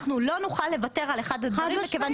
אנחנו לא נוכל לוותר על אחד הדברים כיוון